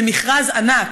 מכרז ענק.